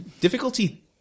Difficulty